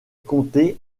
comté